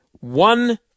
One